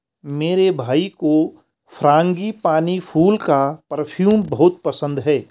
मेरे भाई को फ्रांगीपानी फूल का परफ्यूम बहुत पसंद है